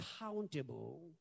accountable